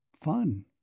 fun